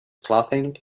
clothing